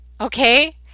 Okay